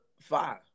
five